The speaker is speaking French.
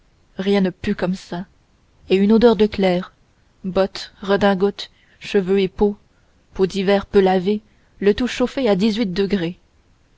avancés rien ne pue comme ça et une odeur de clercs bottes redingotes cheveux et peau peau d'hiver peu lavée le tout chauffée à dix-huit degrés